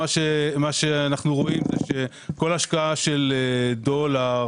שאנחנו רואים זה שכל השקעה של דולר